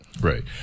Right